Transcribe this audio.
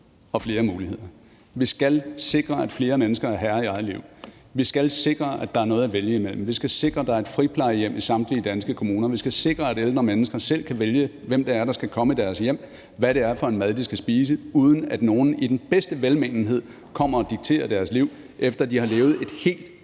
og flere muligheder. Vi skal sikre, at flere mennesker er herre i eget liv, vi skal sikre, at der er noget at vælge imellem, vi skal sikre, at der er et friplejehjem i samtlige danske kommuner, vi skal sikre, at ældre mennesker selv kan vælge, hvem der skal komme i deres hjem, hvad det er for en mad, de skal spise, uden at nogen, hvor velmenende det end er, kommer og dikterer deres liv, efter at de har levet et helt